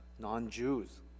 non-Jews